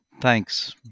thanks